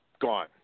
gone